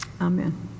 Amen